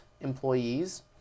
employees